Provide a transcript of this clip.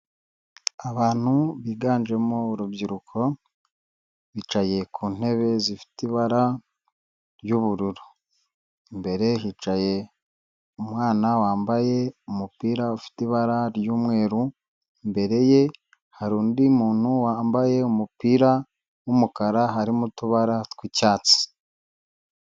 Abantu biganjemo urubyiruko bicaye ku ntebe zifite ibara ry'ubururu, imbere hicaye umwana wambaye umupira ufite ibara ry'umweru, imbere ye hari undi muntu wambaye umupira w'umukara harimo utubara tw'icyatsi.